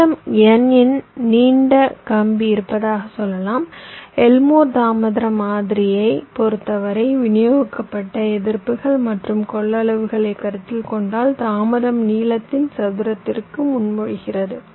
நீளம் n இன் நீண்ட கம்பி இருப்பதாகச் சொல்லலாம் எல்மோர் தாமத மாதிரியைப் பொறுத்தவரை விநியோகிக்கப்பட்ட எதிர்ப்புகள் மற்றும் கொள்ளளவுகளை கருத்தில் கொண்டால் தாமதம் நீளத்தின் சதுரத்திற்கு முன்மொழிகிறது